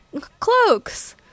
cloaks